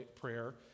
prayer